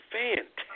fantastic